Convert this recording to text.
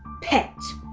pet.